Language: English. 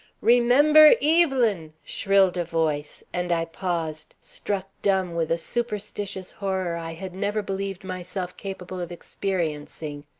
remember evelyn! shrilled a voice, and i paused, struck dumb with a superstitious horror i had never believed myself capable of experiencing.